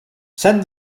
send